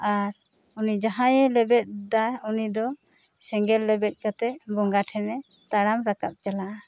ᱩᱱᱤ ᱡᱟᱦᱟᱸᱭᱼᱮ ᱞᱮᱵᱮᱫ ᱫᱟ ᱩᱱᱤ ᱫᱚ ᱥᱮᱸᱜᱮᱞ ᱞᱮᱵᱮᱫ ᱠᱟᱛᱮᱜ ᱵᱚᱸᱜᱟ ᱴᱷᱮᱱᱼᱮ ᱛᱟᱲᱟᱢ ᱨᱟᱠᱟᱵ ᱪᱟᱞᱟᱜᱼᱟ